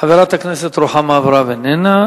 חברת הכנסת רוחמה אברהם, איננה.